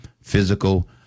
physical